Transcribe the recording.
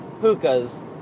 hookahs